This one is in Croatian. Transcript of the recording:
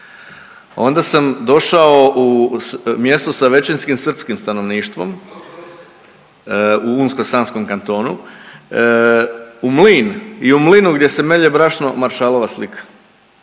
Onda sam došao u mjesto sa većinskim srpskim stanovništvom u Unsko-sanskom kantonu, u mlin i u mlinu gdje se melje brašno, Maršalova slika.